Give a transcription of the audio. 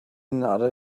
nodded